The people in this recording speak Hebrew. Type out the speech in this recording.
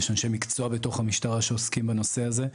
יש אנשי מקצוע בתוך המשטרה שעוסקים בנושא הזה.